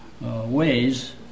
ways